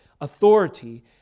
authority